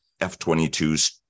F-22s